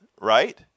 right